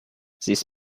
this